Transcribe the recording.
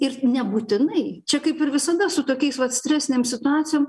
ir nebūtinai čia kaip ir visada su tokiais vat stresinėm situacijom